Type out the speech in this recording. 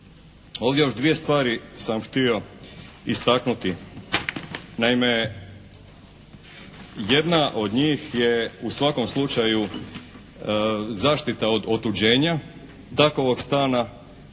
Ovdje još dvije stvari sam htio istaknuti. Naime jedna od njih je u svakom slučaju zaštita od otuđenja takovog stana